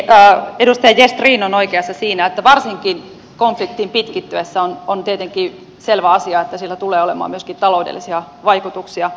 edustaja gestrin on oikeassa siinä että varsinkin konfliktin pitkittyessä on tietenkin selvä asia että sillä tulee olemaan myöskin taloudellisia vaikutuksia ukrainan yhteiskuntaan